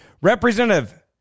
Representative